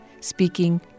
speaking